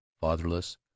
fatherless